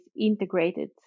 integrated